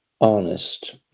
honest